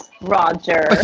Roger